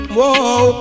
Whoa